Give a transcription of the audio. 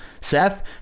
Seth